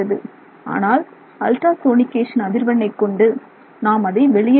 ஆனால் ultrasonication அதிர்வெண்ணைக் கொண்டு நாம் அதை வெளியே தள்ள முடியும்